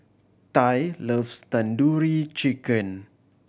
Tye loves Tandoori Chicken